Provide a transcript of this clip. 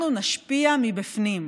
אנחנו נשפיע מבפנים.